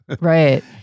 Right